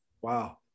Wow